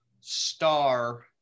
star